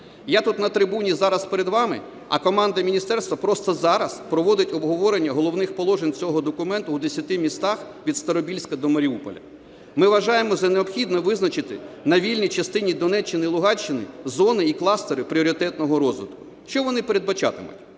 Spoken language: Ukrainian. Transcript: Я тут на трибуні зараз перед вами, а команда міністерства просто зараз проводить обговорення головних положень цього документа у десяти містах – від Старобільська до Маріуполя. Ми вважаємо за необхідне визначити на вільній частині Донеччини і Луганщини зони і кластери пріоритетного розвитку. Що вони передбачатимуть?